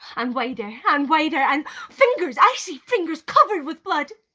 and wider and wider and fingers! i see fingers covered with blood.